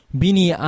bini